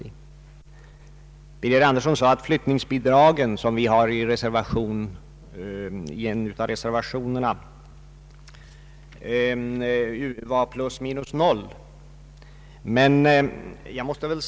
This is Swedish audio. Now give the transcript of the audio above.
Herr Birger Andersson ansåg att vårt förslag i fråga om flyttningsbidragen i en av reservationerna gav resultatet plus minus noll.